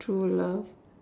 true love